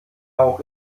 auch